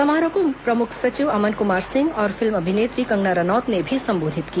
समारोह को प्रमुख सचिव अमन कुमार सिंह और फिल्म अभिनेत्री कंगना रनौत ने भी संबोधित किया